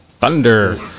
Thunder